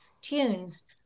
tunes